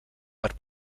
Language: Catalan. per